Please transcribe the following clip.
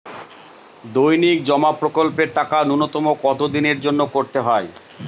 দৈনিক জমা প্রকল্পের টাকা নূন্যতম কত দিনের জন্য করতে হয়?